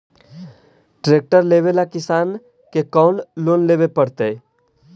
Tractor लेवेला किसान के कौन लोन लेवे पड़तई?